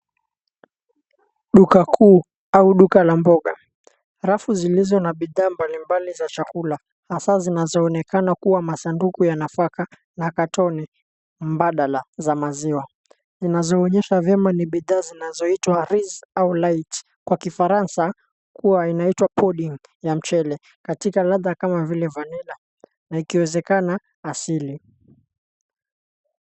Duka kuu au duka la mboga. Rafu zilizo na bidhaa mbalimbali za chakula, hasa zinazoonekana kuwa masanduku ya nafaka na katoni mbadala za maziwa. Zinazoonyeshwa vyema ni bidhaa zinazoitwa Riz au lait , kwa kifaransa kuwa inaitwa pudding ya mchele, katika ladha kama vile vanilla na ikiwezekana asili.